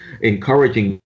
encouraging